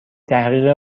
تحقیق